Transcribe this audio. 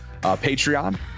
Patreon